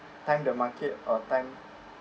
time the market or time